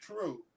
true